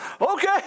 Okay